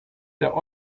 der